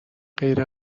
غیر